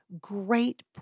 great